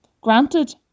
Granted